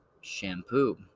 Shampoo